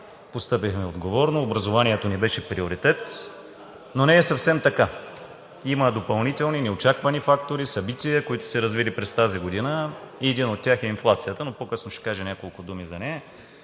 Постъпихме отговорно, образованието ни беше приоритет, но не е съвсем така. Има допълнителни, неочаквани фактори, събития, които са се развили през тази година и един от тях е инфлацията, но по-късно ще кажа няколко думи за нея.